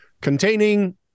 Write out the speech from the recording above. containing